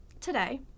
today